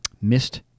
Missed